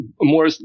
more